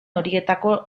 horietako